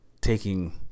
taking